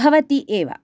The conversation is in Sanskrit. भवति एव